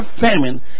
famine